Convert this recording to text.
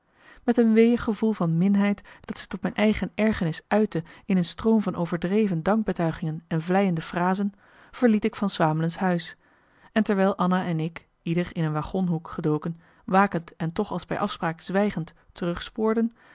met een weeïg gevoel van minheid dat zich tot mijn eigen ergernis uitte in een stroom van overdreven dankbetuigingen en vleiende frasen verliet ik van swamelens huis en terwijl anna en ik ieder in een wagonhoek gedoken wakend en toch als bij afspraak zwijgend terugspoorden